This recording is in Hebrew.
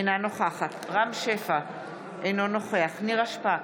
אינה נוכחת רם שפע, אינו נוכח נירה שפק,